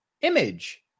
image